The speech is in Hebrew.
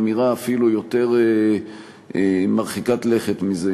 אמירה אפילו יותר מרחיקת לכת מזה,